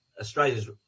Australia's